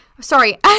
sorry